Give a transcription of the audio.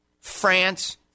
France